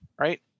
right